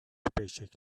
paycheck